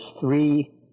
three